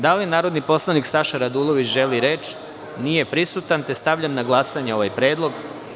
Da li narodni poslanik Saša Radulović želi reč? (Nije prisutan.) Stavljam na glasanje ovaj predlog.